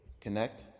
Connect